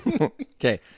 Okay